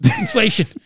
Inflation